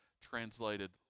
translated